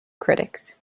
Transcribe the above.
critics